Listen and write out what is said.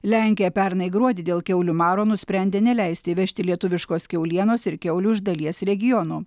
lenkija pernai gruodį dėl kiaulių maro nusprendė neleisti įvežti lietuviškos kiaulienos ir kiaulių iš dalies regionų